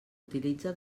utilitza